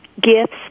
Gifts